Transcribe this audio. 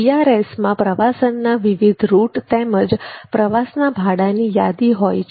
CRS CRS માં પ્રવાસનના વિવિધ રૂટ તેમજ પ્રવાસના ભાડાની યાદી હોય છે